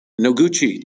Noguchi